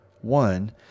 one